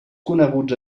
coneguts